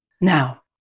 Now